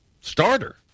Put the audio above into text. starter